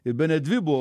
ir bene dvi buvo